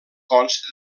consta